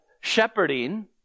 shepherding